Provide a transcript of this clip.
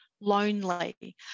lonely